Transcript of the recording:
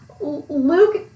Luke